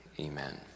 Amen